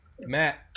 Matt